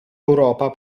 europa